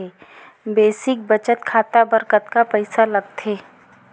Basic बचत खाता बर कतका पईसा लगथे?